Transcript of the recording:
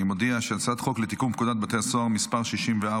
אני מודיע שהצעת חוק לתיקון פקודת בתי הסוהר (מס' 64,